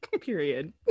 period